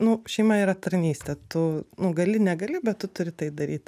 nu šeima yra tarnystė tu nu gali negali bet tu turi tai daryt